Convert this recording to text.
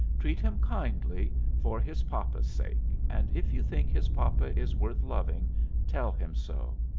treat him kindly for his papa's sake, and if you think his papa is worth loving tell him so.